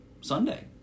Sunday